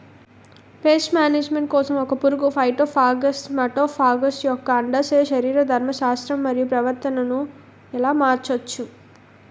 Paste management కోసం ఒక పురుగు ఫైటోఫాగస్హె మటోఫాగస్ యెక్క అండాశయ శరీరధర్మ శాస్త్రం మరియు ప్రవర్తనను ఎలా మార్చచ్చు?